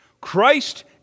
Christ